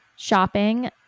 shopping